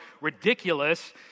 ridiculous